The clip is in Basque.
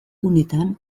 unetan